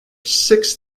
six